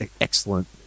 excellent